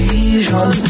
Vision